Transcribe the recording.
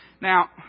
Now